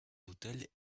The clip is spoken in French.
hôtels